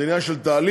זה עניין של תהליך